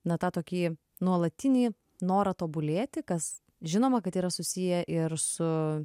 na tą tokį nuolatinį norą tobulėti kas žinoma kad tai yra susiję ir su